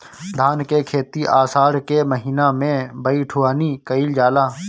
धान के खेती आषाढ़ के महीना में बइठुअनी कइल जाला?